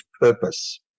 purpose